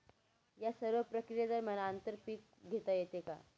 या सर्व प्रक्रिये दरम्यान आंतर पीक घेता येते का?